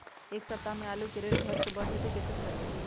एक सप्ताह मे आलू के रेट घट ये बढ़ जतई त कईसे पता चली?